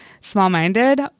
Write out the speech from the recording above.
small-minded